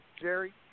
Jerry